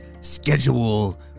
schedule